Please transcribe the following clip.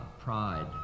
pride